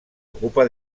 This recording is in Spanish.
ocupa